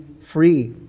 free